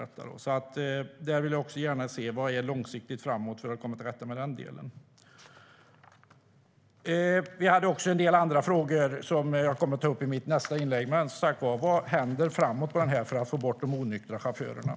Jag vill gärna höra vad som ska göras långsiktigt framöver för att komma till rätta med det.